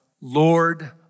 Lord